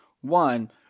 One